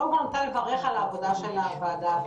קודם כל אני רוצה לברך על העבודה של הוועדה הזאת,